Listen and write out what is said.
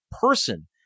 Person